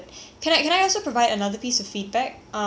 ya